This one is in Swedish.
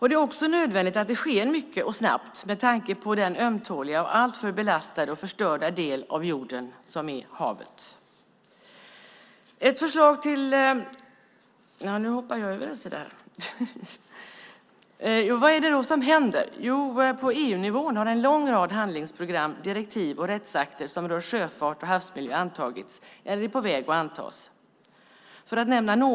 Det är också nödvändigt att det sker mycket och snabbt med tanke på den ömtåliga och alltför belastade och förstörda del av jorden som är havet. Vad är det då som händer? På EU-nivån har en lång rad handlingsprogram, direktiv och rättsakter som rör sjöfart och havsmiljö antagits eller är på väg att antas. Som exempel kan jag nämna följande.